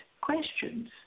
questions